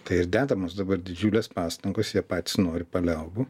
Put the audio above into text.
tai ir dedamos dabar didžiulės pastangos jie patys nori paliaubų